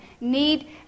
need